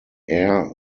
air